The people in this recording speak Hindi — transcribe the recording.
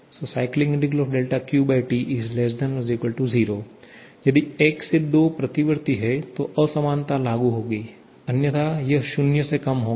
QT 0 यदि 1 से 2 प्रतिवर्ती है तो समानता लागु होंगी अन्यथा यह शून्य से कम होगा